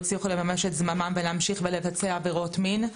הצליחו לממש את זממם ולהמשיך לבצע עבירות מין.